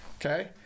Okay